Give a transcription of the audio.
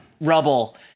rubble